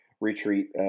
retreat